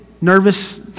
nervous